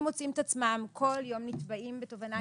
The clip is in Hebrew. מוצאים את עצמם כל יום נתבעים בתובענה ייצוגית.